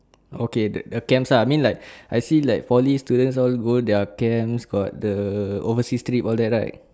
okay the the camps ah I mean like I see like poly students all go their camps got the overseas trip all that right